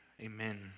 Amen